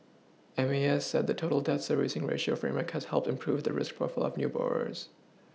M A S said the total debt Servicing ratio framework has helped to improve the risk profile of new borrowers